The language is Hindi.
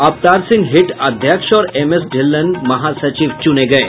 अवतार सिंह हिट अध्यक्ष और एम एस ढिल्लन महासचिव चुने गये